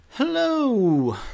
Hello